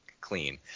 clean